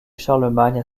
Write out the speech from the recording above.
charlemagne